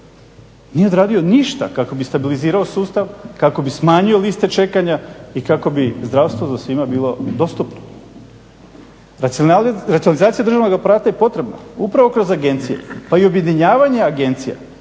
Nije odradio ništa kako bi stabilizirao sustav, kako bi smanjio liste čekanja i kako bi zdravstvo svima bilo dostupno. Racionalizacija državnoga prati i …/Govornik se ne razumije./… upravo kroz agencije pa i objedinjavanje agencija